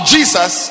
Jesus